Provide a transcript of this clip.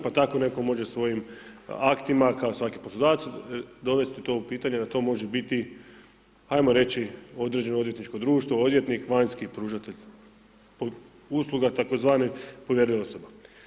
Pa tako netko može svojim aktima kao svaki poslodavac dovesti to u pitanje da to može biti ajmo reći određeno odvjetničko društvo, odvjetnik, vanjski pružatelj usluga tzv. povjerljiva osoba.